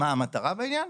מה המטרה בעניין?